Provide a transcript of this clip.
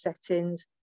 settings